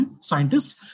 scientists